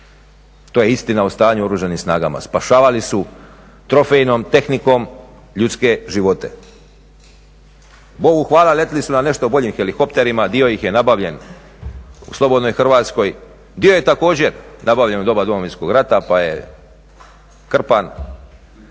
To je istina o stanju u Oružanim snagama. Spašavali su trofejnom tehnikom ljudske živote. Bogu hvala letili su na nešto boljim helikopterima. Dio ih je nabavljen u slobodnoj Hrvatskoj, dio je također nabavljen u doba Domovinskog rata, pa je krpan.